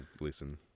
listen